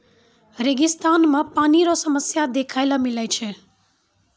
रेगिस्तान मे पानी रो समस्या देखै ले मिलै छै